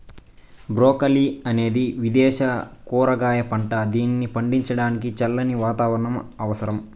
broccoli అనేది విదేశ కూరగాయ పంట, దీనిని పండించడానికి చల్లని వాతావరణం అవసరం